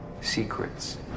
Secrets